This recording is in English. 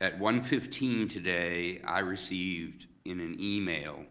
at one fifteen today, i received in an email